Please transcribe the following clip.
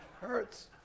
hurts